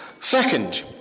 Second